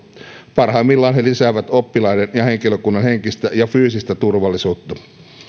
parhaimmillaan he lisäävät oppilaiden ja henkilökunnan henkistä ja fyysistä turvallisuutta